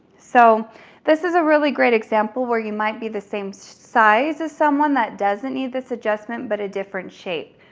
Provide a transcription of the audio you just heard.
so this is a really great example where you might be the same size as someone that doesn't need this adjustment, but a different shape.